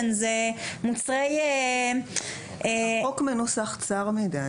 החוק מנוסח צר מדי.